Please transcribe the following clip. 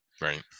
Right